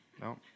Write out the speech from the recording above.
No